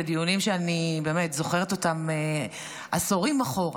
זה דיונים שאני באמת זוכרת אותם עשורים אחורה,